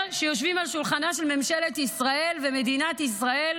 שיושבים על שולחנה של ממשלת ישראל ומדינת ישראל